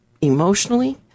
emotionally